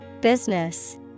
Business